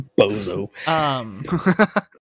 bozo